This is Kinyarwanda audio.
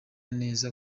neza